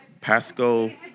Pasco